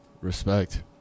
Respect